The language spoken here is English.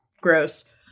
gross